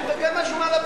הוא אמר משהו מעל הפודיום,